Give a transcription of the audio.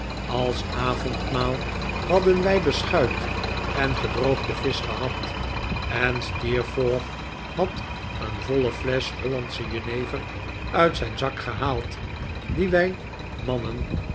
als avondmaal hadden wij beschuit en gedroogde visch gehad en steerforth had een voile flesch hollandsche jenever uit zijn zak gehaald die wij mannen